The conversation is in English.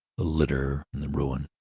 the litter and the ruin.